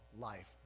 life